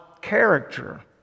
character